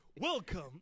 Welcome